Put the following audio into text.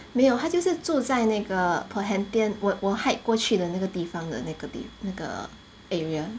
没有他就是住在那个 perhentian 我我 hike 过去的那个地方的那个 vi~ 那个 area